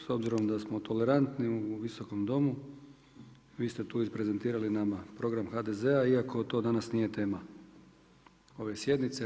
S obzirom da smo tolerantni u ovom Visokom domu, vi ste tu isprezentirali nama program HDZ-a iako to danas nije tema ove sjednice.